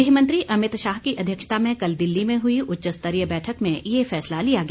गृहमंत्री अमित शाह की अध्यक्षता में कल दिल्ली में हुई उच्चस्तरीय बैठक में यह फैसला लिया गया